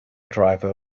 driver